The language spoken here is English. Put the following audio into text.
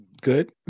good